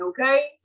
okay